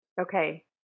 Okay